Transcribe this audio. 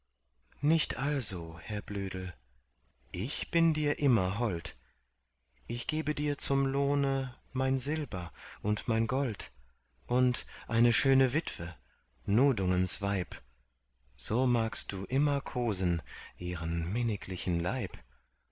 nicht also herr blödel ich bin dir immer hold ich gebe dir zum lohne mein silber und mein gold und eine schöne witwe nudungens weib so magst du immer kosen ihren minniglichen leib